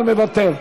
אבל מוותר,